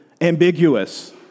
ambiguous